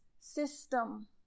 system